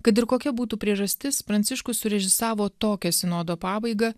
kad ir kokia būtų priežastis pranciškus surežisavo tokią sinodo pabaigą